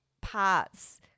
parts